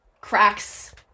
cracks